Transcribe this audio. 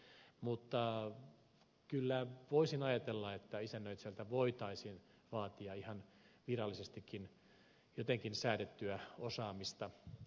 mutta kyllä voisin ajatella että isännöitsijältä voitaisiin vaatia ihan virallisestikin jotenkin säädettyä osaamista